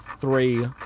Three